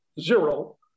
zero